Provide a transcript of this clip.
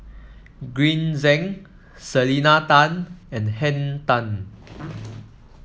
Green Zeng Selena Tan and Henn Tan